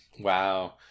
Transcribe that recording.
Wow